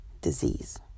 disease